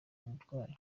umurwayi